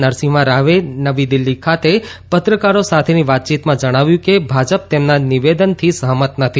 નરસિંહ રાવે નવી દિલ્હી ખાતે પત્રકારો સાથેની વાતચીતમાં જણાવ્યું કે ભાજપ તેમના નિવેદનથી સહમત નથી